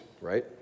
right